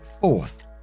fourth